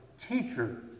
Teacher